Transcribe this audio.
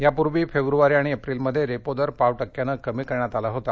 यापूर्वी फेब्रवारी आणि एप्रिलमध्ये रेपो दर पाव टक्क्यानळिमी करण्यात आला होता